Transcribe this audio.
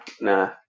nah